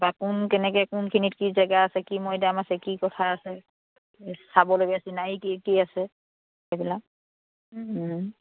বা কোন কেনেকে কোনখিনিত কি জেগা আছে কি মৈদাম আছে কি কথা আছে চাবলগীয়া চিনাৰী কি কি আছে সেইবিলাক